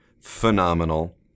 phenomenal